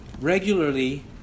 regularly